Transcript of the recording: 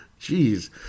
Jeez